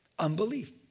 Unbelief